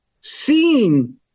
seeing